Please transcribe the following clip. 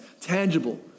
tangible